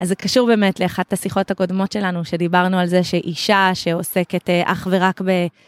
אז זה קשור באמת לאחת השיחות הקודמות שלנו, שדיברנו על זה שאישה שעוסקת אך ורק ב...